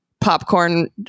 popcorn